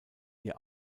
ihr